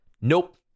Nope